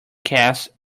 cast